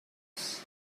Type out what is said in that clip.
arise